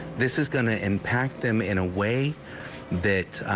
this is going to impact them in a way that